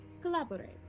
collaborate